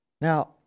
Now